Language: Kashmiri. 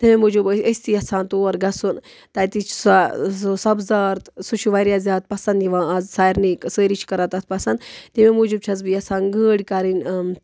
تَمی موٗجوٗب ٲسۍ أسۍ تہِ یَژھان تور گژھُن تَتِچ سۄ سُہ سَبزار تہٕ سُہ چھُ واریاہ زیادٕ پَسنٛد یِوان آز سارنٕے سٲری چھِ کَران تَتھ پَسنٛد تَمی موٗجوٗب چھَس بہٕ یَژھان گٲڑۍ کَرٕنۍ